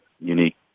unique